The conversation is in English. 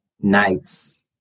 nights